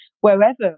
wherever